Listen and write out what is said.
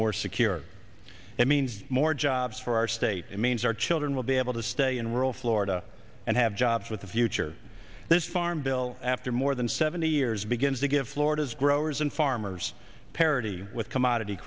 more secure it means more jobs for our state it means our children will be able to stay in rural florida and have jobs with the future this farm bill after more than seventy years begins to give florida's growers and farmers parity with commodity